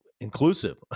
inclusive